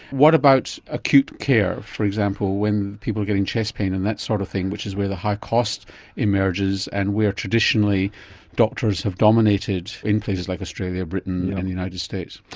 what about acute care, for example, when people are getting chest pain and that sort of thing which is where the high cost emerges and where traditionally doctors have dominated in places like australia, britain and and the united states?